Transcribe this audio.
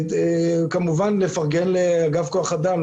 וכמובן לפרגן לאגף כוח אדם,